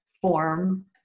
form